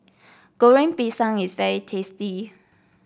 Goreng Pisang is very tasty